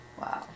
Wow